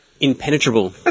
impenetrable